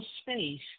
space